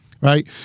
right